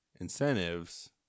incentives